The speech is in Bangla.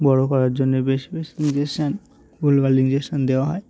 বড় করার জন্য বেশ বেশি ইনজেকশান ভুলভাল ইনজেকশান দেওয়া হয়